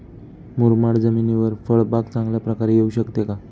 मुरमाड जमिनीवर फळबाग चांगल्या प्रकारे येऊ शकते का?